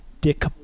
dick